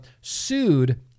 sued